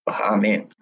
Amen